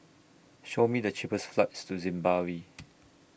Show Me The cheapest flights to Zimbabwe